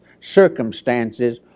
circumstances